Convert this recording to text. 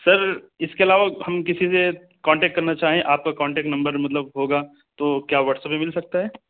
سر اس کے علاوہ ہم کسی سے کانٹیکٹ کرنا چاہیں آپ کا کانٹیکٹ نمبر مطلب ہوگا تو کیا واٹسپ مل سکتا ہے